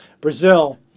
Brazil